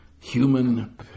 human